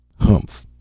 Humph